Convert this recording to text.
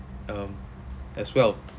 um as well